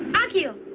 akio,